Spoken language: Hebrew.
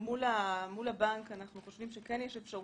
אם הוא נמצא מול מבצע פעילות והוא צריך לעשות בקרות נוספות,